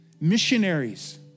missionaries